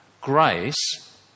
Grace